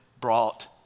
brought